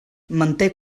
manté